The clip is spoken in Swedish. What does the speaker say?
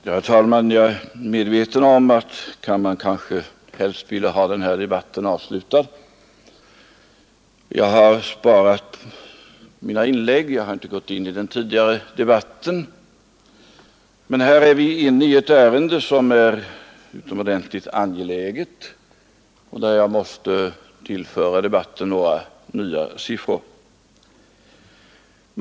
Herr talman! Jag är medveten om att kammarens ledamöter kanske helst ville ha den här debatten avslutad. Jag har sparat mina inlägg, och jag har inte gått in i den tidigare debatten. Men här är vi inne på ett ärende som är utomordentligt angeläget, och jag måste tillföra debatten några nya siffror.